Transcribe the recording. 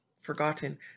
forgotten